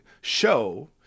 show